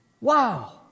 Wow